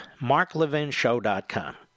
MarkLevinShow.com